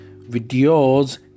videos